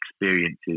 experiences